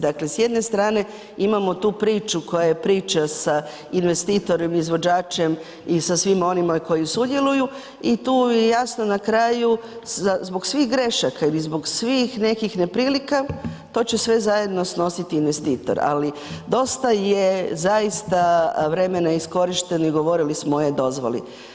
Dakle s jedne strane imamo tu priču koja je priča sa investitorom i izvođačem i sa svima onima koji sudjeluju i tu jasno na kraju zbog svih grešaka ili zbog svih nekih neprilika, to će sve zajedno snositi investitor ali dosta je zaista vremena iskorišteno i govorili smo o e-dozvoli.